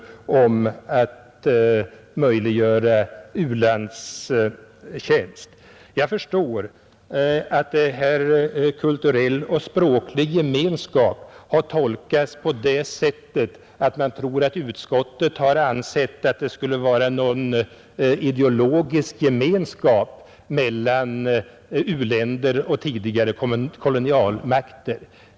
Jag förstår att uttrycket ”kulturell internationellt biståndsarbete som alternativ till värnpliktstjänstgöring och vapenfri tjänst och språklig gemenskap” har tolkats så att man tror att utskottet har ansett att det skulle vara någon ideologisk gemenskap mellan u-länder och tidigare kolonialmakter.